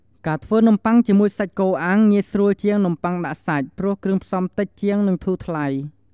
ការធ្វើនំបុ័ងជាមួយសាច់គោអាំងងាយស្រួលជាងនំបុ័ងដាក់សាច់ព្រោះគ្រឿងផ្សំតិចជាងនិងធូរថ្លៃ។